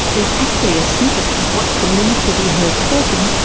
there's actually a snippet of what's believed to be her talking,